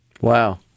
Wow